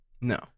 No